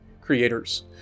creators